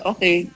Okay